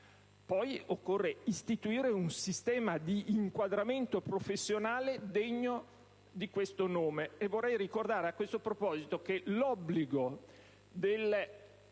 Occorre poi istituire un sistema di inquadramento professionale degno di questo nome; e vorrei ricordare a questo proposito che l'obbligo